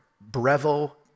Breville